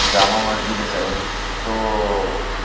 جامع مسجد ہے تو